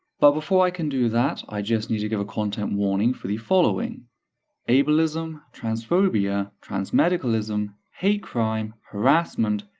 but before i can do that, i just need to give a content warning for the following ableism, transphobia, transmedicalism, hate crime, harassment,